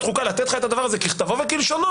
חוקה לתת לך את הדבר הזה ככתבו וכלשונו,